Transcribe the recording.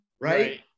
right